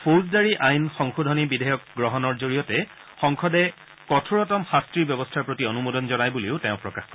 ফৌজদাৰী আইন সংশোধনী বিধেয়ক গ্ৰহণৰ জৰিয়তে সংসদে কঠোৰতম শাস্তিৰ ব্যৱস্থাৰ প্ৰতি অনুমোদন জনায় বুলিও তেওঁ প্ৰকাশ কৰে